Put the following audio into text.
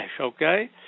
okay